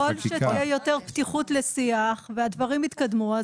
ככל שתהיה יותר פתיחות לשיח והדברים יתקדמו,